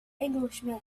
englishman